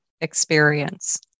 experience